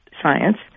science